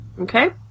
Okay